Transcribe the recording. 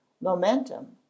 momentum